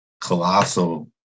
colossal